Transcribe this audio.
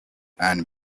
and